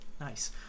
Nice